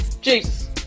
Jesus